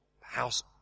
house